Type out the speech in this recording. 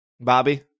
Bobby